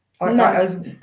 No